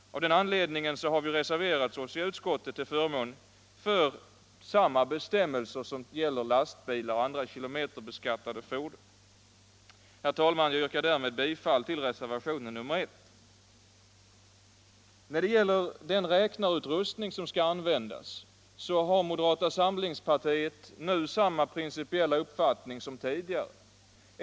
Av den anledningen har vi reserverat oss i utskottet till förmån för samma bestämmelser som gäller lastbilar och andra kilometerbeskattade fordon. Herr talman! Jag yrkar därmed bifall till reservationen 1. När det gäller den räknarutrustning som skall användas har moderata samlingspartiet nu samma principiella uppfattning som tidigare.